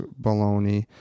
baloney